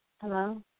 Hello